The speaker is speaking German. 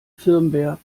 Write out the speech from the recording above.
firmware